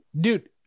Dude